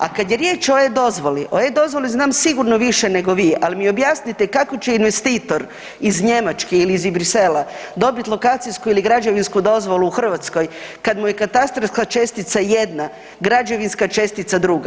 A kada je riječ o e-dozvoli, o e-dozvoli znam sigurno više nego vi, ali mi objasnite kako će investitor iz Njemačke ili iz Bruxellesa dobiti lokacijsku ili građevinsku dozvolu u Hrvatskoj kada mu je katastarska čestica jedna, građevinska čestica druga.